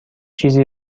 چیزی